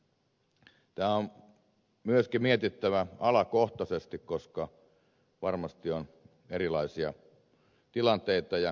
tämä on myöskin mietittävä alakohtaisesti koska varmasti on erilaisia tilanteita ja käytänteitä eri aloilla